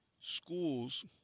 schools